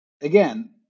Again